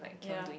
ya